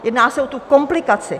Jedná se o tu komplikaci.